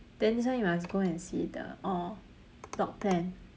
then this one you must go and see the orh block ten